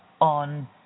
on